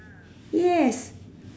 yes